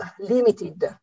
limited